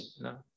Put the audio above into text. No